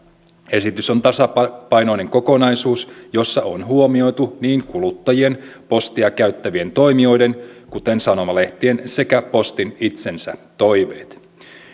esitys on tasapainoinen kokonaisuus jossa on huomioitu niin kuluttajien postia käyttävien toimijoiden kuten sanomalehtien sekä postin itsensä toiveet